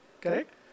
correct